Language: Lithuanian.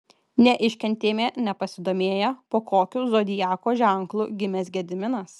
neiškentėme nepasidomėję po kokiu zodiako ženklu gimęs gediminas